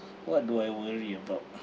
what do I worry about